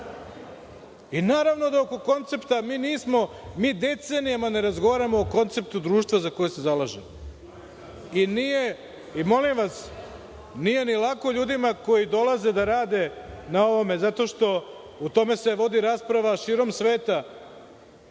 i naravno da oko koncepta mi nismo… Mi decenijama ne razgovaramo o koncepta društva za koji se zalažemo. Molim vas, nije ni lako ljudima koji dolaze da rade na ovome, zato što se o tome vodi rasprava širom sveta